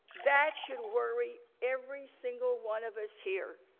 that should worry every single one of us here.